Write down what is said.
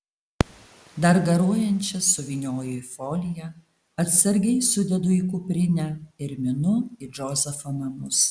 dar garuojančias suvynioju į foliją atsargiai sudedu į kuprinę ir minu į džozefo namus